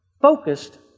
focused